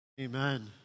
Amen